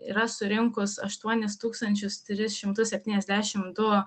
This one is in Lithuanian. yra surinkus aštuonis tūkstančius tris šimtus septyniasdešim du